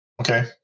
Okay